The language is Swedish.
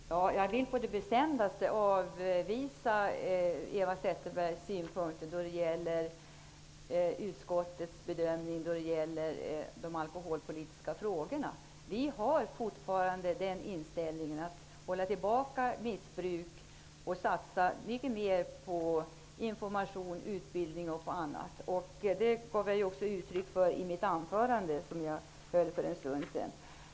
Fru talman! Jag vill på det bestämdaste avvisa Eva Zetterbergs påstående vad gäller utskottets bedömning i de alkoholpolitiska frågorna. Regeringspartierna har fortfarande inställningen att missbruk skall hållas tillbaka och att det bör satsas mer på information, utbildning, m.m. Det gav jag också uttryck för i mitt huvudanförande.